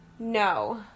no